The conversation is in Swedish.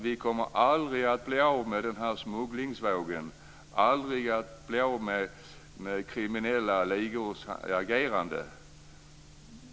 Vi kommer aldrig att bli av med smugglingsvågen, aldrig att bli av med kriminella ligor.